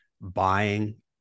buying